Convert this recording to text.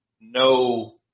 no